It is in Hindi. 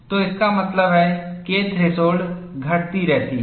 तो इसका मतलब है K थ्रेशोल्ड घटती रहती है